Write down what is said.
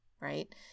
right